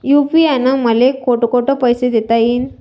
UPI न मले कोठ कोठ पैसे देता येईन?